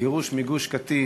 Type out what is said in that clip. הגירוש מגוש-קטיף,